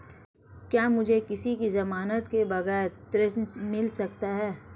क्या मुझे किसी की ज़मानत के बगैर ऋण मिल सकता है?